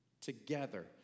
together